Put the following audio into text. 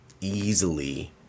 easily